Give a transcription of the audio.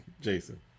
Jason